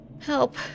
Help